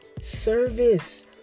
service